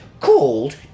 called